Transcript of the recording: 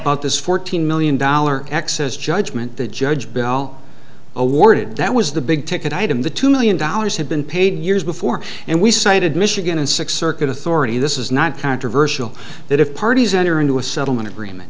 above this fourteen million dollar excess judgment the judge bell awarded that was the big ticket item the two million dollars had been paid years before and we cited michigan and six circuit authority this is not controversial that if parties enter into a settlement agreement